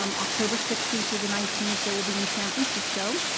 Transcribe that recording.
um october sixteenth through the nineteenth that will be in san francisco.